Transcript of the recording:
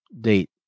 Date